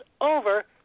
over